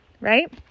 Right